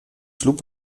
sloep